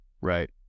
Right